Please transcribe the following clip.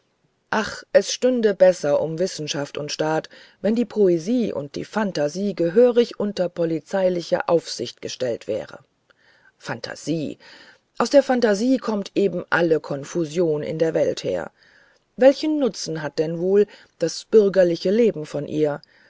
ach es stünde besser um wissenschaft und staat wenn die poesie und die fantasie gehörig unter polizeiliche aufsicht gestellt wären fantasie aus der fantasie kommt eben alle konfusion in der welt her und welchen nutzen hat denn wohl das bürgerliche leben von ihr